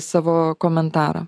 savo komentarą